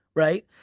right?